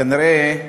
כנראה,